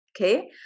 Okay